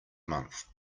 month